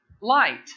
light